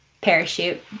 Parachute